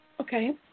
Okay